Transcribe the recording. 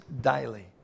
daily